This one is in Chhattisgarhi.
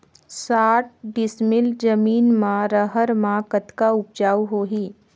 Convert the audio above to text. साठ डिसमिल जमीन म रहर म कतका उपजाऊ होही?